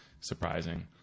surprising